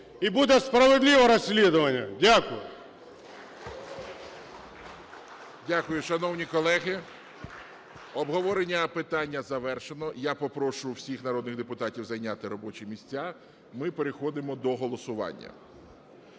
І буде справедливе розслідування. Дякую.